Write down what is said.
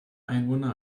einwohner